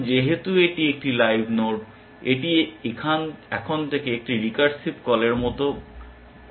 এখন যেহেতু এটি একটি লাইভ নোড এটি এখন থেকে একটি রিকার্সিভ কলের মত হয়